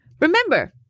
Remember